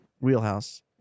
wheelhouse